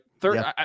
third